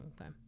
okay